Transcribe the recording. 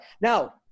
now